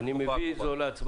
אני מביא את זה להצבעה.